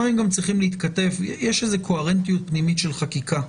יש קוהרנטיות פנימית של חקיקה,